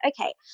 okay